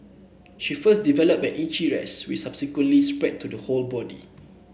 she first developed an itchy rash which subsequently spread to the whole body